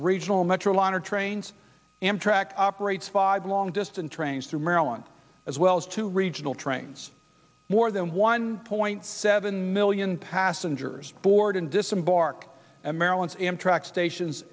regional metroliner trains amtrak operates five long distance trains through maryland as well as two regional trains more than one point seven million passengers board and disembark and maryland's amtrak stations